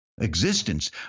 Existence